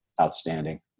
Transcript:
outstanding